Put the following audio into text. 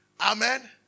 Amen